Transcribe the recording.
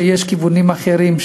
שיש כיוונים אחרים,